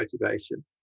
motivation